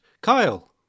Kyle